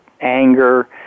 anger